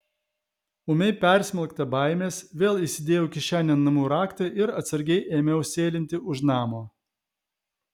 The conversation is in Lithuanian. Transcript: ūmiai persmelkta baimės vėl įsidėjau kišenėn namų raktą ir atsargiai ėmiau sėlinti už namo